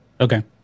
okay